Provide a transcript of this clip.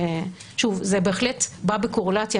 שוב, זה בהחלט בא בקורלציה.